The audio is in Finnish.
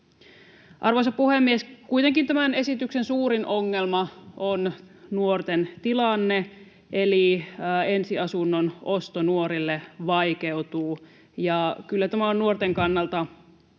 Arvoisa puhemies! Kuitenkin tämän esityksen suurin ongelma on nuorten tilanne, eli nuorten ensiasunnon osto vaikeutuu. Kyllä tämä on nuorten kannalta